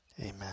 Amen